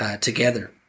together